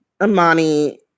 Amani